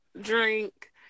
Drink